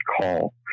call